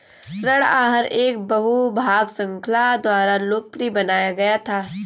ऋण आहार एक बहु भाग श्रृंखला द्वारा लोकप्रिय बनाया गया था